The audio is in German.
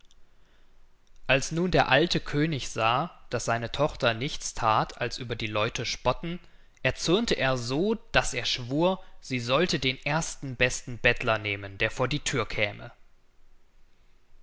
als nun der alte könig sahe daß seine tochter nichts that als über die leute spotten erzürnte er so daß er schwur sie sollte den ersten besten bettler nehmen der vor die thür käme